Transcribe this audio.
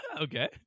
Okay